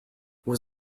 was